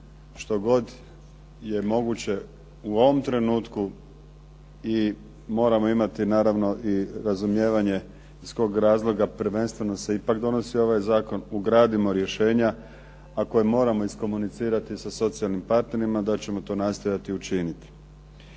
što god je moguće u ovom trenutku moramo imati naravno i razumijevanje iz kog razloga prvenstveno se ipak donosi ovaj zakon ugradimo rješenja, a koja moramo iskomunicirati sa socijalnim partnerima da ćemo to nastojati učiniti.